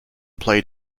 played